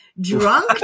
drunk